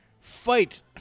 Fight